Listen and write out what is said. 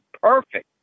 perfect